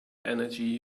energy